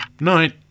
night